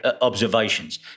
observations